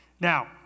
now